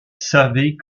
savait